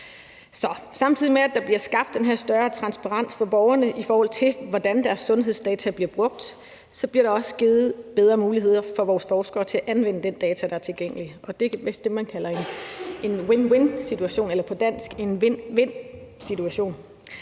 samtidig med at der bliver skabt den her større transparens for borgerne, i forhold til hvordan deres sundhedsdata bliver brugt, så bliver der også givet bedre muligheder for vores forskere til at anvende den data, der er tilgængelig. Og det er vist det, man kalder en win-win-situation, eller på dansk en vind-vind-situation.